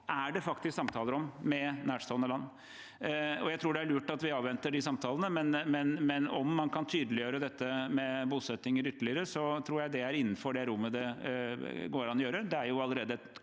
er det faktisk samtaler om med nærstående land. Jeg tror det er lurt at vi avventer de samtalene, men om man kan tydeliggjøre dette med bosetninger ytterligere, tror jeg det er innenfor rommet av det som går an å gjøre.